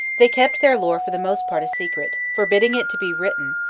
they kept their lore for the most part a secret, forbidding it to be written,